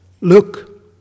Look